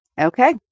Okay